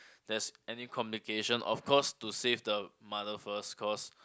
there's any complication of course to save the mother first cause